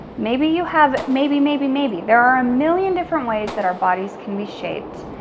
maybe you have maybe, maybe, maybe, there are a million different ways that our bodies can be shaped.